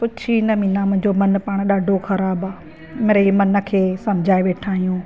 पूछ ई न मीना मुंहिंजो मनु पाणि ॾाढो ख़राबु आहे मिड़ेई मन खे समुझाए वेठा आहियूं